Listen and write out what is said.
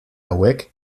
hauek